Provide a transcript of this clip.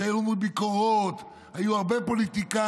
והיו לנו ביקורות, היו הרבה פוליטיקאים.